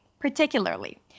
Particularly